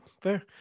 fair